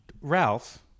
Ralph